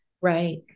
Right